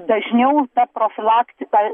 dažniau profilaktika